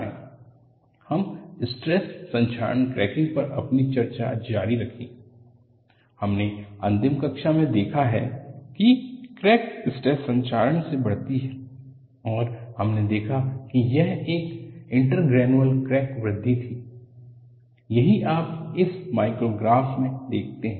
stress corrosion cracking हम stress संक्षारण cracking पर अपनी चर्चा जारी रखते है हमने अंतिम कक्षा में देखा है कि क्रैक स्ट्रेस संक्षारण से बढ़ती है और हमने देखा कि यह एक इंटरग्रेनुलर क्रैक वृद्धि थी यही आप इस माइक्रोग्राफ में देखते हैं